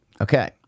Okay